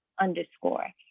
underscore